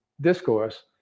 discourse